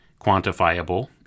quantifiable